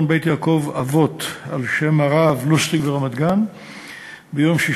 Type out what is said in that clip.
"בית-יעקב אבות" על שם הרב לוסטיג ברמת-גן ביום 6